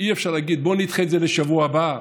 שאי-אפשר להגיד: בואו נדחה את זה לשבוע הבא,